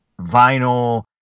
vinyl